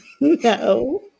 No